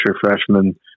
freshman